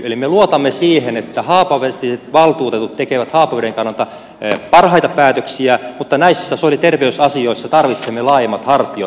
eli me luotamme siihen että haapavetiset valtuutetut tekevät haapaveden kannalta parhaita päätöksiä mutta näissä sosiaali ja terveysasioissa tarvitsemme laajemmat hartiat